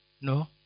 No